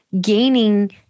gaining